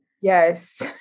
Yes